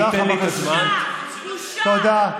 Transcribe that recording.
תודה,